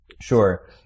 Sure